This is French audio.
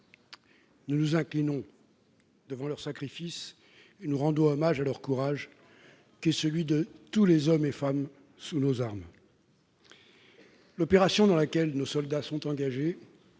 Nous nous inclinons devant leur sacrifice et nous rendons hommage à leur courage, celui de tous les hommes et femmes engagés sous les armes. L'opération dans laquelle nos soldats sont engagés